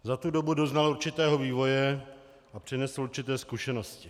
Za tu dobu doznal určitého vývoje a přinesl určité zkušenosti.